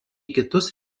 kitus